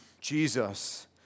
Jesus